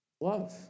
Love